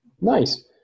Nice